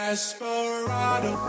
Desperado